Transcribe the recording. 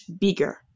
bigger